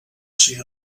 ser